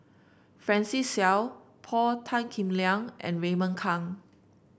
Francis Seow Paul Tan Kim Liang and Raymond Kang